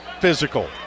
physical